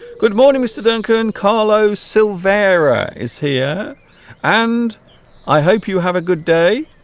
good morning mr. duncan carlo silvera is here and i hope you have a good day